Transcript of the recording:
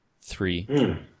Three